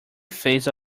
phase